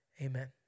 Amen